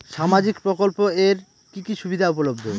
সামাজিক প্রকল্প এর কি কি সুবিধা উপলব্ধ?